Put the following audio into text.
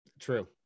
True